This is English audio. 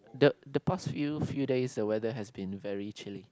the the past few few days the weather has been very chilly